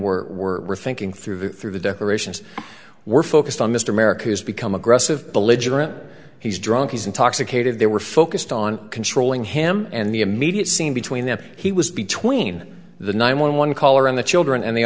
were were thinking through through the decorations were focused on mr america has become aggressive belligerent he's drunk he's intoxicated they were focused on controlling him and the immediate scene between them he was between the nine one one call around the children and the